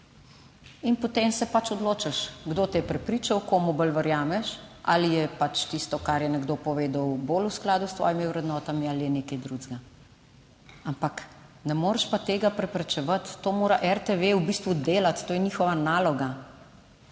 in potem se pač odločiš, kdo te je prepričal, komu bolj verjameš, ali je pač tisto, kar je nekdo povedal, bolj v skladu s svojimi vrednotami ali je nekaj drugega, ampak ne moreš pa tega preprečevati, to mora RTV v bistvu delati, to je njihova naloga.